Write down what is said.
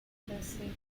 interesting